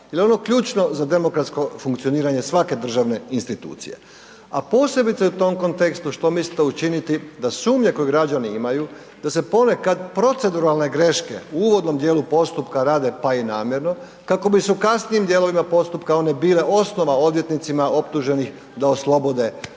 jer je ono ključno za demokratsko funkcioniranje svake državne institucije, a posebice u tom kontekstu što mislite učiniti da sumnje koje građani imaju da se ponekad proceduralne greške u uvodnom dijelu postupka rade pa i namjerno kako bi se u kasnijim dijelovima postupka one bile osnova odvjetnicima optuženih da oslobode krivnje